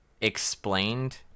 explained